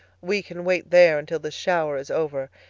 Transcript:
we can wait there until this shower is over.